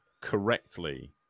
correctly